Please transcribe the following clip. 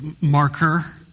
marker